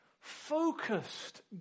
focused